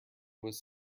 was